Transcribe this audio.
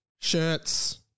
shirts